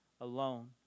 alone